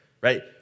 right